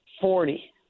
Forty